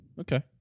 okay